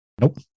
Nope